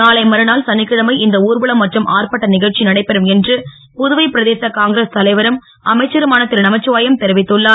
நாளை மறுநாள் சனிக்கிழமை இந்த ஊர்வலம் மற்றும் ஆர்ப்பாட்ட நிகழ்ச்சி நடைபெறும் என்று புதுவை பிரதேச காங்கிரஸ் தலைவரும் அமைச்சருமான திருநமச்சிவாயம் தெரிவித்துள்ளார்